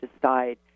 decide